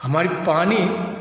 हमारी पानी